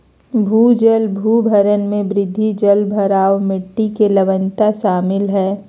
भूजल पुनर्भरण में वृद्धि, जलभराव, मिट्टी के लवणता शामिल हइ